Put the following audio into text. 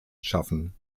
schaffen